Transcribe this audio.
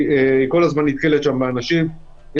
היא נתקלת שם באנשים כל הזמן.